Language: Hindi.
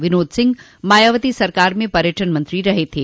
विनोद सिंह मायावती सरकार में पर्यटन मंत्री रहे थे